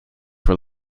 were